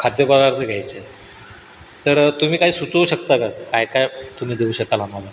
खाद्य पदार्थ घ्यायचे आहेत तर तुम्ही काही सुचवू शकता का काय काय तुम्ही देऊ शकाल आम्हाला